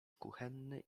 kuchenny